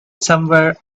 somewhere